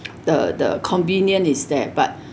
the the convenient is there but